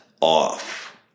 off